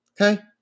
Okay